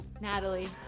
Natalie